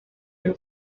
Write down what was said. y’u